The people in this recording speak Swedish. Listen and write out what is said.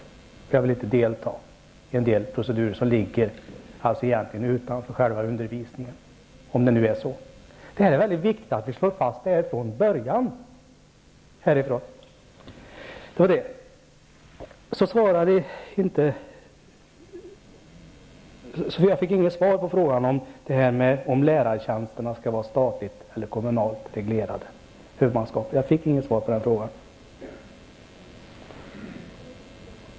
Det är procedurer som jag inte vill delta i, eftersom de egentligen ligger vid sidan av själva undervisningen. Det är väldigt viktigt att vi slår fast detta från början. Jag fick inget svar på frågan huruvida lärartjänsterna skall vara kommunalt eller statligt reglerade.